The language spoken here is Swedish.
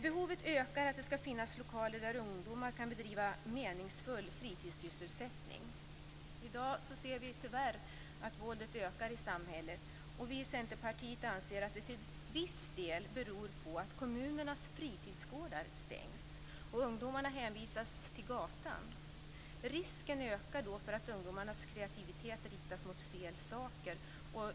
Behovet av lokaler där ungdomar kan bedriva meningsfull fritidssysselsättning ökar. I dag ser vi tyvärr att våldet ökar i samhället. Vi i Centerpartiet anser att det till viss del beror på att kommunernas fritidsgårdar stängs och att ungdomar hänvisas till gatan. Risken ökar då för att ungdomarnas kreativitet riktas mot fel saker.